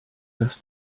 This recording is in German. das